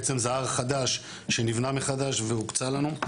בעצם זה הר שנבנה מחדש והוקצה לנו.